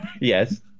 Yes